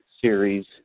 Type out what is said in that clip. series